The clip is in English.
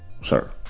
sir